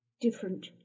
Different